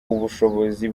ubushobozi